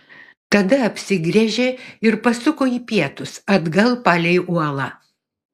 tada apsigręžė ir pasuko į pietus atgal palei uolą